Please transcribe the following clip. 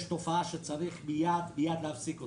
שיש תופעה שצריך מיד מיד להפסיק אותה.